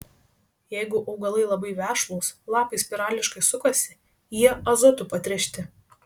jeigu augalai labai vešlūs lapai spirališkai sukasi jie azotu patręšti